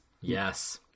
yes